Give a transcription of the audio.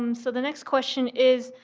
um so the next questions is,